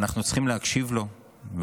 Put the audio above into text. אנחנו צריכים להקשיב לו,